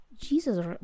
Jesus